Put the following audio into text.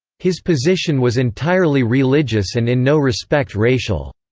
his position was entirely religious and in no respect racial.